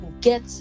get